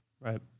Right